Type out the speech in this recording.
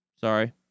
Sorry